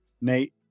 Nate